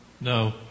No